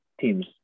teams